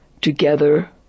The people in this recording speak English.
Together